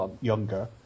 younger